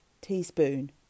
teaspoon